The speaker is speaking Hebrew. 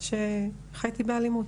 שחייתי באלימות.